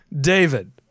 David